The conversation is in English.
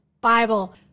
Bible